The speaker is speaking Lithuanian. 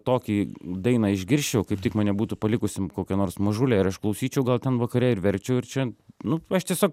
tokį dainą išgirsčiau kaip tik mane būtų palikusi kokia nors mažulė ir aš klausyčiau gal ten vakare ir verčiau ir čia nu aš tiesiog